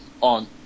on